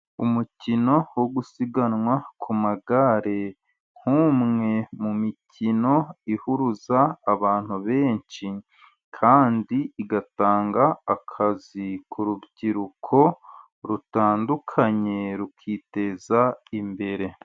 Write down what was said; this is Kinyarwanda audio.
Umukino wo gusiganwa ku magare, nk'umwe mu mikino ihuruza abantu benshi, kandi igatanga akazi ku rubyiruko rutandukanye, rukiteza imbere.